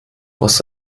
was